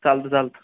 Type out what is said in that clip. चालतं चालतं